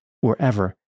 wherever